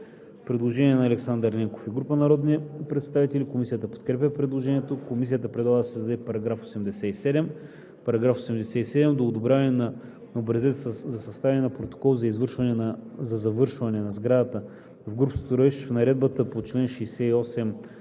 Предложение от Александър Ненков и група народни представители. Комисията подкрепя предложението. Комисията предлага да се създаде § 87: „§ 87. До одобряването на образец за съставяне на протокол за завършване на сградата в груб строеж в наредбата по чл. 168,